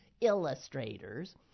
illustrators